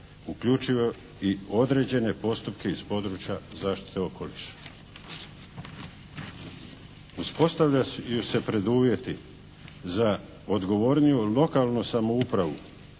uključuje i određene postupke iz područja zaštite okoliša. Uspostavljaju se preduvjeti za odgovorniju lokalnu samoupravu